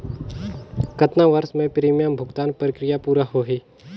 कतना वर्ष मे प्रीमियम भुगतान प्रक्रिया पूरा होही?